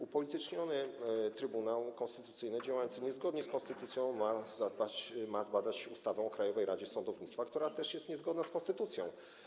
Upolityczniony Trybunał Konstytucyjny działający niezgodnie z konstytucją ma zbadać ustawę o Krajowej Radzie Sądownictwa, która też jest niezgodna z konstytucją.